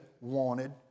wanted